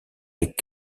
est